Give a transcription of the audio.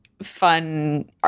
fun